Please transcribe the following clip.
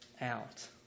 out